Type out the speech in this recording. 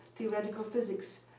theoretical physics.